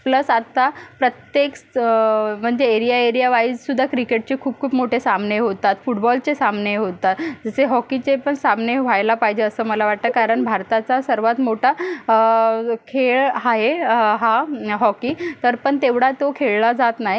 plus आत्ता प्रत्येक म्हणजे एरिया एरियावाइजसुद्धा क्रिकेटचे खूप खूप मोठे सामने होतात फुटबॉलचे सामने होतात जसे हॉकीचे पण सामने व्हायला पाहिजे असं मला वाटतं कारण भारताचा सर्वात मोठा खेळ आहे हा हॉकी तर पण तेवढा तो खेळला जात नाही